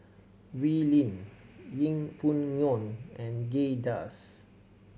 Wee Lin Yeng Pway Ngon and Kay Das